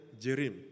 Jerim